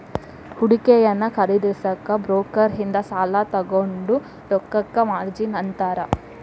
ಹೂಡಿಕೆಯನ್ನ ಖರೇದಿಸಕ ಬ್ರೋಕರ್ ಇಂದ ಸಾಲಾ ತೊಗೊಂಡ್ ರೊಕ್ಕಕ್ಕ ಮಾರ್ಜಿನ್ ಅಂತಾರ